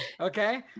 okay